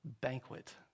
banquet